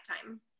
time